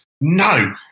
No